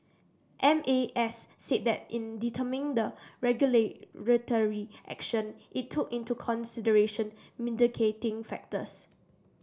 M A S said that in determining the regulatory action it took into consideration mitigating factors